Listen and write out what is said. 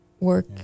work